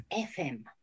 fm